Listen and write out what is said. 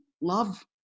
Love